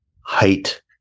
height